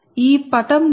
ఈ పటం నుండి